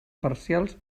parcials